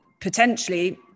potentially